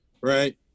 right